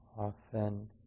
often